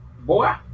Boy